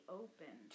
open